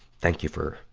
thank you for,